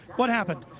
what happened.